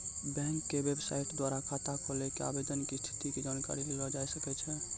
bank के बेबसाइटो द्वारा खाता खोलै के आवेदन के स्थिति के जानकारी लेलो जाय सकै छै